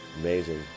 Amazing